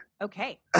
okay